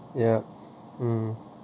yup uh